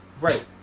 right